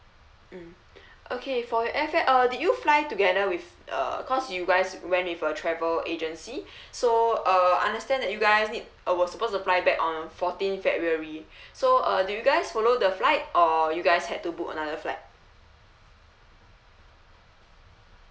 mm okay for your okay uh did you fly together with uh cause you guys went with a travel agency so uh understand that you guys need uh was supposed to fly back on fourteenth february so uh do you guys follow the flight or you guys had to book another flight